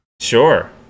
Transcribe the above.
Sure